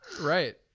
right